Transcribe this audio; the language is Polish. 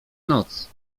noc